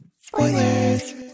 Spoilers